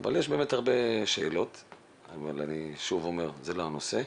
יש הרבה שאלות אבל אני שוב אומר שזה לא הנושא.